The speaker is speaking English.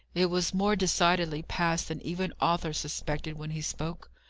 it was more decidedly past than even arthur suspected when he spoke.